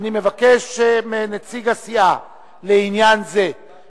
אני מזמין לסעיף ראשון על סדר-היום,